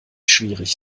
schwierig